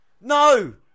No